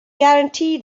guarantee